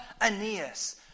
Aeneas